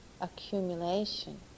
accumulation